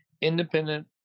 independent